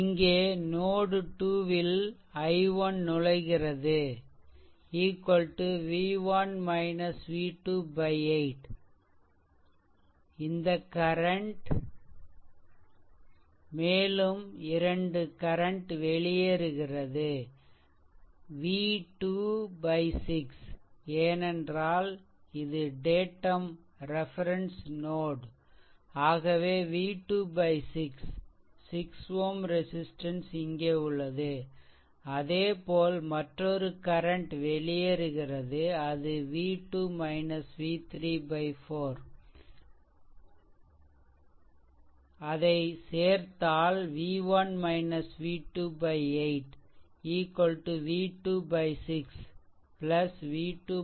இங்கே நோட்2 ல் i1 நுழைகிறது v1 v2 8 this current is entering then at மேலும் இரண்டு கரன்ட் வெளியேறுகிறது இது v2 6 ஏனென்றால் இது டேட்டம் ரெஃபெரென்ஸ் நோட் ஆகவே v2 6 6Ω ரெசிஸ்ட்டன்ஸ் இங்கே உள்ளது அதேபோல் மற்றொரு கரன்ட் வெளியேறுகிறது அது v2 v3 4 so that சேர்த்தால் v1 v2 8 v2 6 v2 v3 4